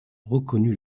reconnu